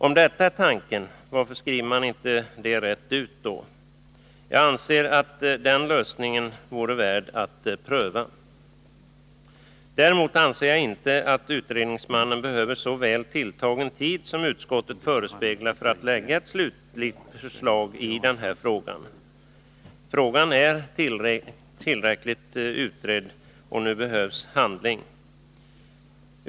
Om detta är tanken, varför skriver man inte det rent ut? Jag anser att denna lösning vore värd att pröva. Däremot anser jag inte att utredningsmannen behöver så väl tilltagen tid som vad utskottet förespeglar för att framlägga ett slutligt förslag i den här frågan. Frågan är tillräckligt utredd — nu behövs handling.